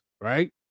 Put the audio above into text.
right